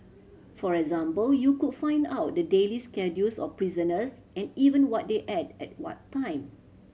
for example you could find out the daily schedules of prisoners and even what they ate at what time